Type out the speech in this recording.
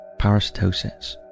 parasitosis